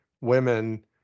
women